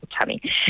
tummy